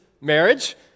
marriage